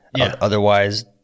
otherwise